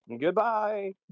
goodbye